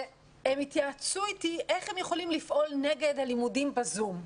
הם התייעצו אתי איך הם יכולים לפעול נגד הלימודים ב-זום.